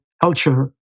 culture